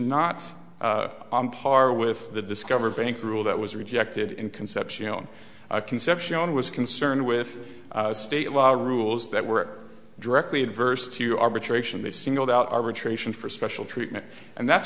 not on par with the discover bank rule that was rejected in concepcion concepcion was concerned with state law rules that were directly adverse to arbitration they singled out arbitration for special treatment and that's